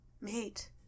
Mate